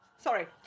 Sorry